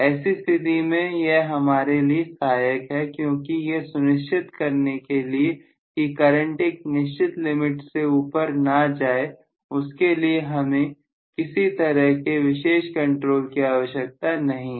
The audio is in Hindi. ऐसी स्थिति में यह हमारे लिए सहायक है क्योंकि यह सुनिश्चित करने के लिए की करंट एक निश्चित लिमिट से ऊपर ना जाए उसके लिए हमें किसी तरह के विशेष कंट्रोल की आवश्यकता नहीं है